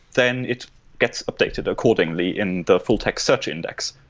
then it gets updated accordingly in the full-text search index.